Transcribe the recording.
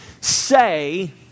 say